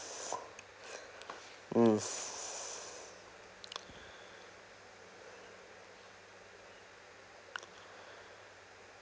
hmm